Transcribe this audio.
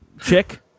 chick